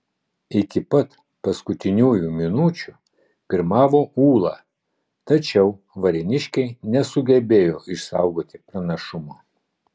iki pat paskutiniųjų minučių pirmavo ūla tačiau varėniškiai nesugebėjo išsaugoti pranašumo